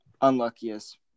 unluckiest